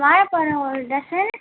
வாழைப்பழோம் ஒரு டஷன்